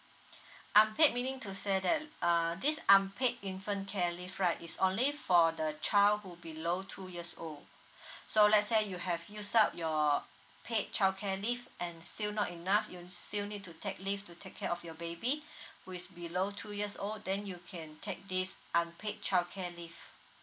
unpaid meaning to say that uh this unpaid infant care leave right is only for the child who below two years old so let's say you have use up your paid childcare leave and still not enough you still need to take leave to take care of your baby who is below two years old then you can take this unpaid childcare leave